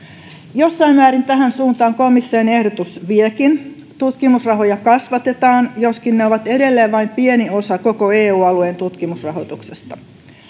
jossain määrin tähän suuntaan komission ehdotus viekin tutkimusrahoja kasvatetaan joskin ne ovat edelleen vain pieni osa koko eu alueen tutkimusrahoituksesta